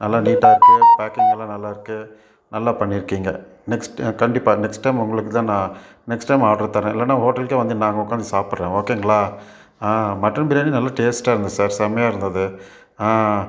அதெலாம் நீட்டாக இருக்குது பேக்கிங்கெலாம் நல்லாயிருக்கு நல்லா பண்ணியிருக்கீங்க நெக்ஸ்ட்டு கண்டிப்பாக நெக்ஸ்ட் டைம் உங்களுக்குதான் நான் நெக்ஸ்ட் டைம் ஆட்ரு தரேன் இல்லைன்னா ஹோட்டலுக்கே வந்து நாங்கள் உக்கார்ந்து சாப்பிட்றோம் ஓகேங்களா ஆ மட்டன் பிரியாணி நல்ல டேஸ்ட்டாக இருந்துச்சு சார் செம்மையா இருந்தது ஆ